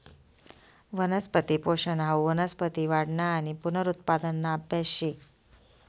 वनस्पती पोषन हाऊ वनस्पती वाढना आणि पुनरुत्पादना आभ्यास शे